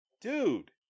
Dude